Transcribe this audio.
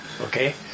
Okay